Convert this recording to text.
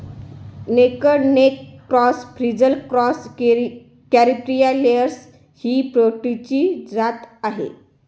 naked neck cross, frizzle cross, Caripriya layers ही पोल्ट्रीची जात आहे